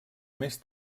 més